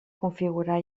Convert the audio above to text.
configurar